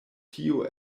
tio